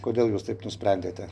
kodėl jūs taip nusprendėte